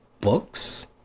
books